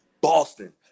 Boston